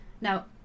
Now